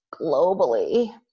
globally